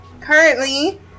currently